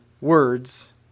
words